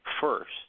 first